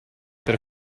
per